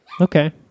Okay